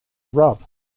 rub